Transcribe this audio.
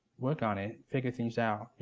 work on it, figure things out.